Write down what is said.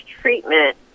treatment